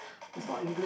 what the heck